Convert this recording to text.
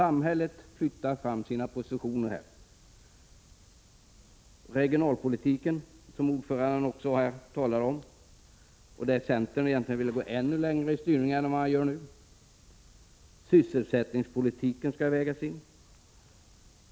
Det gäller regionalpolitiken, som ordföranden talade om och där centern egentligen ville gå ännu längre i fråga om styrning än vad som nu blir fallet. Även sysselsättningspolitiken skall vägas in.